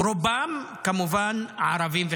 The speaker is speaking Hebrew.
רובם, כמובן, ערבים וחרדים.